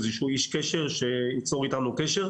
איזשהו איש קשר שיצור איתנו קשר,